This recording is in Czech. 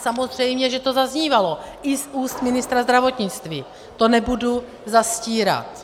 Samozřejmě že to zaznívalo i z úst ministra zdravotnictví, to nebudu zastírat.